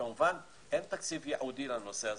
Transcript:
כמובן, אין תקציב ייעודי לנושא.